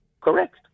correct